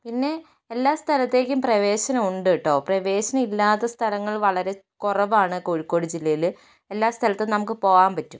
പിന്നെ എല്ലാ സ്ഥലത്തേക്കും പ്രവേശനം ഉണ്ട് കേട്ടോ പ്രവേശനം ഇല്ലാത്ത സ്ഥലങ്ങൾ വളരെ കുറവാണ് കോഴിക്കോട് ജില്ലയിൽ എല്ലാ സ്ഥലത്തും നമുക്ക് പോകാൻ പറ്റും